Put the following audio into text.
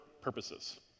purposes